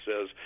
says